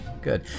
good